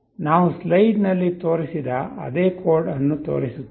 ನಾವು ಸ್ಲೈಡ್ನಲ್ಲಿ ತೋರಿಸಿದ ಅದೇ ಕೋಡ್ ಅನ್ನು ತೋರಿಸುತ್ತೇವೆ